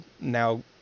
now